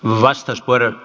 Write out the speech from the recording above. arvoisa puhemies